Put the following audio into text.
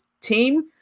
team